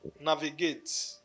navigate